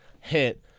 hit